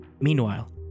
Meanwhile